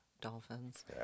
Dolphins